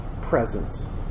presence